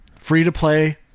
free-to-play